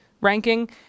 ranking